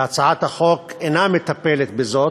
והצעת החוק אינה מטפלת בזאת,